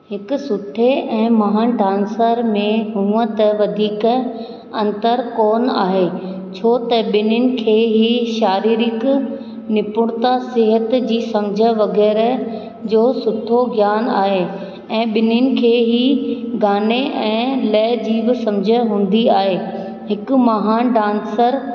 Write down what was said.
हिक सुठे ऐं महान डांसर में हूअं त वधीक अंतर कोन आहे छो त ॿिनिन खे ही शाररिक निपूणता सेहत जी समझ वग़ौरह जो सुठो ज्ञानु आहे ऐं ॿिन्हिनि खे ई गाने ऐं लय जी बि समझ हूंदी आहे हिकु महान डांसर